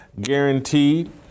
guaranteed